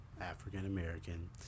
african-american